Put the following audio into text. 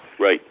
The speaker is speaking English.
Right